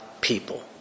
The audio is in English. people